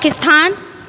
Pakistan